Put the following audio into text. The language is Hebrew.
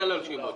כלל הרשימות.